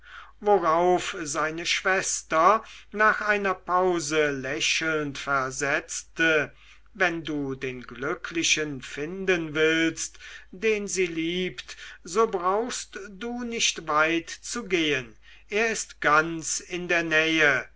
worauf seine schwester nach einer pause lächelnd versetzte wenn du den glücklichen finden willst den sie liebt so brauchst du nicht weit zu gehen er ist ganz in der nähe